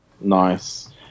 Nice